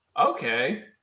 Okay